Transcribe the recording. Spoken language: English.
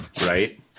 Right